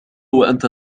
وأنت